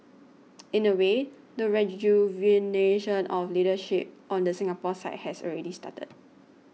in a way the rejuvenation of leadership on the Singapore side has already started